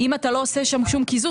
אם אתה לא עושה שם שום קיזוז,